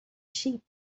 sheep